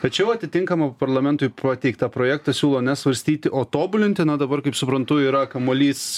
tačiau atitinkamą parlamentui pateiktą projektą siūlo ne svarstyti o tobulinti na o dabar kaip suprantu yra kamuolys